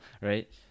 right